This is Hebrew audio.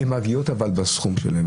הן מגיעות אבל בסכום שלהן,